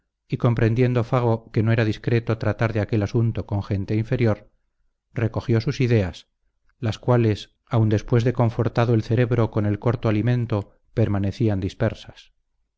y comprendiendo fago que no era discreto tratar de aquel asunto con gente inferior recogió sus ideas las cuales aun después de confortado el cerebro con el corto alimento permanecían dispersas